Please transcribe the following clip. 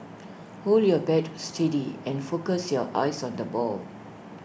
hold your bat steady and focus your eyes on the ball